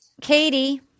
Katie